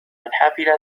الحافلة